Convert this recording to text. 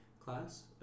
Class